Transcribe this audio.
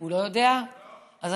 הוא לא יודע את זה.